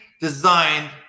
designed